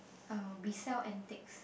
uh we sell antiques